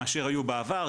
מאשר היו בעבר,